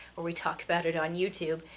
or we talk about it on youtube,